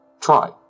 Try